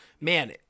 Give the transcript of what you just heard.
man